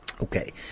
Okay